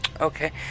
okay